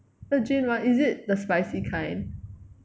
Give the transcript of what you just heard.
the jin [one] is it the spicy kind